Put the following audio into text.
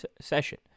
session